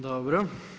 Dobro.